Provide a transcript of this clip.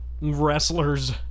wrestlers